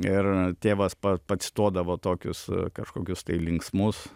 ir tėvas pa pacituodavo tokius kažkokius tai linksmus